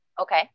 Okay